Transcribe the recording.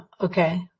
Okay